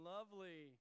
Lovely